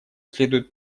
следует